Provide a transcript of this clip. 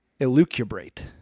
elucubrate